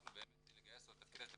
--- הצלחנו לגייס אותו לתפקיד משמעותי.